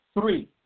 Three